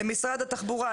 למשרד התחבורה,